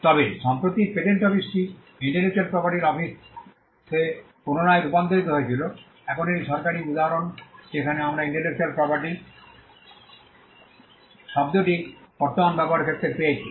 তবে সম্প্রতি পেটেন্ট অফিসটি ইন্টেলেকচুয়াল প্রপার্টির অফিসে পুনরায় রূপান্তরিত হয়েছিল এখন এটি একটি সরকারী উদাহরণ যেখানে আমরা ইন্টেলেকচুয়াল প্রপার্টি শব্দটি বর্তমান ব্যবহারের ক্ষেত্রে পেয়েছি